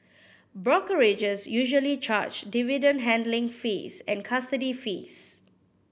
brokerages usually charge dividend handling fees and custody fees